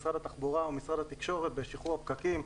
משרד התחבורה או משרד התקשורת בשחרור הפקקים.